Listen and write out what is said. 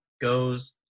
goes